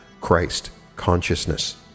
Christ-consciousness